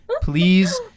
please